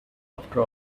after